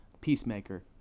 Peacemaker